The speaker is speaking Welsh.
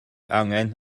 angen